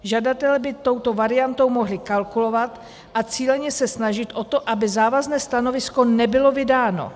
Žadatelé by touto variantou mohli kalkulovat a cíleně se snažit o to, aby závazné stanovisko nebylo vydáno.